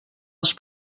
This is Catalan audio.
els